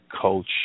coach